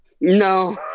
No